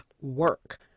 work